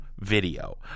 video